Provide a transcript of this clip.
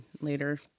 later